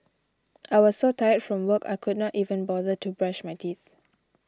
I was so tired from work I could not even bother to brush my teeth